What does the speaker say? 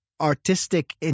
artistic